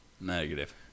Negative